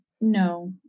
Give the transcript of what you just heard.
no